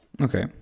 Okay